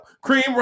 Cream